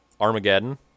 Armageddon